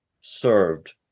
served